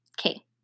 okay